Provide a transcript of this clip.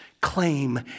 claim